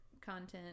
content